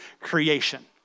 creation